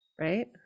Right